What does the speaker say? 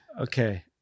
Okay